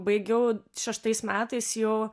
baigiau šeštais metais jau